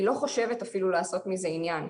היא לא חושבת אפילו לעשות מזה עניין.